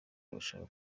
babasha